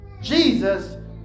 Jesus